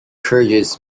kyrgyz